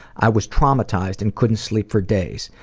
i was traumatized and couldn't sleep for days.